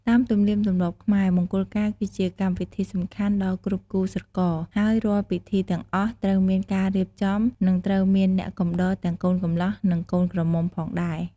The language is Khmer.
តាមទំនៀមទម្លាប់ខ្មែរ មង្គលការគឺជាកម្មវិធីសំខាន់ដល់គ្រប់គូស្រករ ហើយរាល់ពិធីទាំងអស់ត្រូវមានការរៀបចំ និងត្រូវមានអ្នកកំដរទាំងកូនកម្លោះ និងកូនក្រមុំផងដែរ។